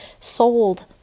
sold